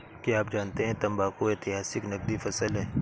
क्या आप जानते है तंबाकू ऐतिहासिक नकदी फसल है